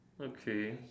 okay